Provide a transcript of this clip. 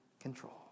control